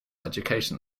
education